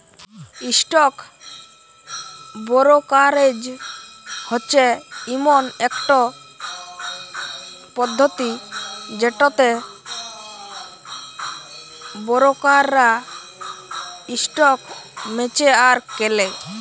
stock brokerage হচ্যে ইমন একট পধতি যেটতে বোরকাররা ইসটক বেঁচে আর কেলে